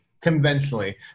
conventionally